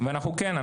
וכן,